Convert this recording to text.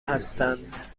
هستند